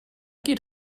geht